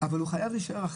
אבל הוא חייב להישאר.